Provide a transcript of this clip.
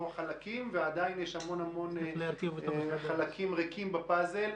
חלקים ועדיין יש המון-המון חלקים ריקים בפאזל.